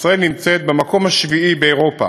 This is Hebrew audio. ישראל נמצאת במקום השביעי באירופה